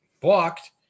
blocked